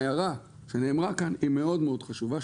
ההערה שנאמרה כאן היא מאוד חשובה,